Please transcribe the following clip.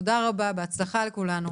תודה רבה, בהצלחה לכולנו.